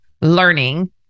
learning